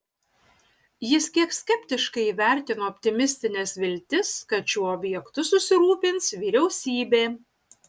jis kiek skeptiškai įvertino optimistines viltis kad šiuo objektu susirūpins vyriausybė